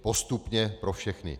Postupně pro všechny.